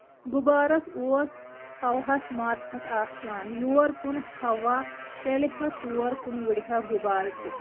غُبارَس اوس ہواہَس ماتہتھ آسان یور کُن ہوا چَلہِ ہا تور کُن ؤڈِ ہا غُبارٕ تہِ